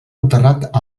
enterrat